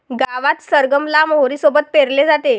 गावात सरगम ला मोहरी सोबत पेरले जाते